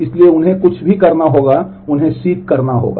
इसलिए उन्हें जो कुछ भी करना होगा उन्हें तलाश करना होगा